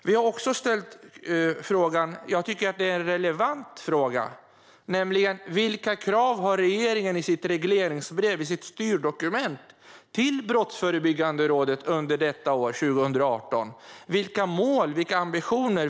Vi har också ställt en fråga, som jag tycker är relevant, om vilka krav regeringen har i sitt regleringsbrev - i sitt styrdokument - till Brottsförebyggande rådet under 2018. Vilka mål och ambitioner finns?